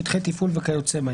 שטחי תפעול וכיוצא בהם".